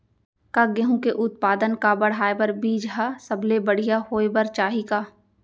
का गेहूँ के उत्पादन का बढ़ाये बर बीज ह सबले बढ़िया होय बर चाही का?